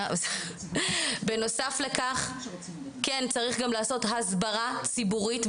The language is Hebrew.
בנוסף לכך צריך גם לעשות הסברה ציבורית,